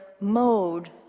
mode